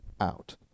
out